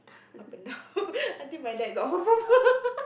up and down until my dad got home